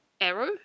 arrow